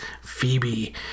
Phoebe